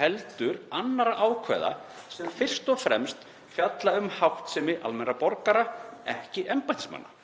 heldur annarra ákvæða sem fyrst og fremst fjalla um háttsemi almennra borgara, ekki embættismanna,